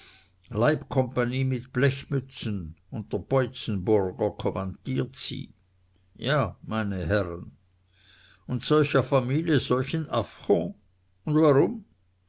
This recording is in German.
leibcompagnie mit blechmützen und der boitzenburger kommandiert sie ja meine herren und solcher familie solchen affront und warum